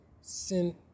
sin